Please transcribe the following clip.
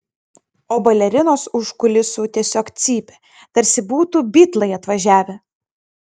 o balerinos už kulisų tiesiog cypė tarsi būtų bitlai atvažiavę